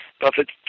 Buffett